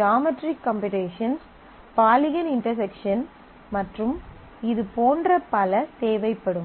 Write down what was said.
geometric computations polygon intersection மற்றும் இது போன்ற பல தேவைப்படும்